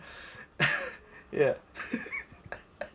ya